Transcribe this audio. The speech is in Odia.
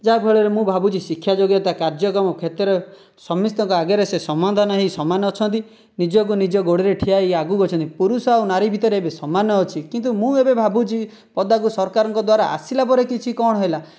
ଯାହା ଫଳରେ ମୁଁ ଭାବୁଛି ଶିକ୍ଷା ଯୋଗ୍ୟତା କାର୍ଯ୍ୟକ୍ରମ କ୍ଷେତ୍ରରେ ସମସ୍ତଙ୍କ ଆଗରେ ସେ ସମାଧାନ ହୋଇ ସମାନ ଅଛନ୍ତି ନିଜକୁ ନିଜ ଗୋଡ଼ରେ ଠିଆ ହୋଇ ଆଗକୁ ଅଛନ୍ତି ପୁରୁଷ ଆଉ ନାରୀ ଭିତରେ ଏବେ ସମାନ ଅଛି କିନ୍ତୁ ମୁଁ ଏବେ ଭାବୁଛି ପଦାକୁ ସରକାରଙ୍କ ଦ୍ବାରା ଆସିଲା ପରେ କିଛି କଣ ହେଲା